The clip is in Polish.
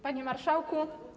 Panie Marszałku!